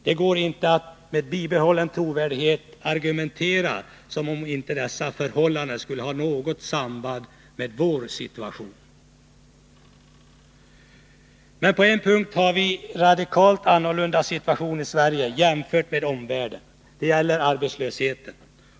Det går inte att med bibehållen trovärdighet argumentera som om inte dessa förhållanden skulle ha något samband med vår situation. Men på en punkt har vi i Sverige jämfört med vår omvärld en radikalt annorlunda situation. Det gäller arbetslösheten.